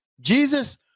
Jesus